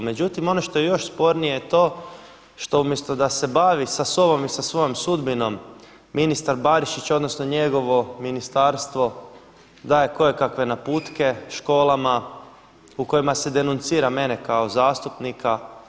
Međutim, ono što je još spornije je to što umjesto da se bavi sa sobom i sa svojom sudbinom ministar Barišić odnosno njegovo ministarstvo daje kojekakve naputke školama u kojima se denuncira mene kao zastupnika.